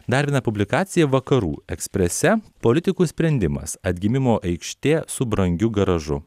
dar viena publikacija vakarų eksprese politikų sprendimas atgimimo aikštė su brangiu garažu